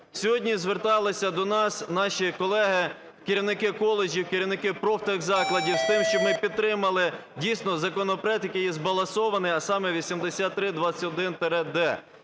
Сьогодні зверталися до нас наші колеги, керівники коледжів, керівники профтехзакладів з тим, щоб ми підтримали дійсно законопроект, який є збалансований, а саме 8321-д.